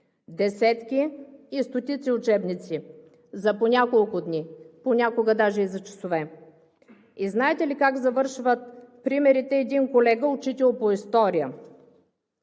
Десетки и стотици учебници – за по няколко дни, понякога даже и за часове. Знаете ли как завършват примерите? Един колега, учител по история: